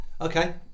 Okay